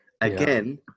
again